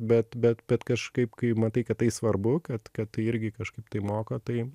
bet bet bet kažkaip kai matai kad tai svarbu kad kad tai irgi kažkaip tai moko tai